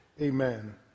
amen